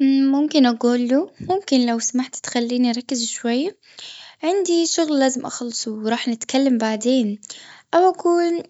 امم ممكن أقول له ممكن لو سمحت تخليني أركز شوية. عندي شغل لازم أخلصه وراح نتكلم بعدين أو أكون